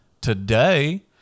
Today